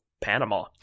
Panama